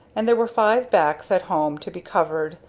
and there were five backs at home to be covered,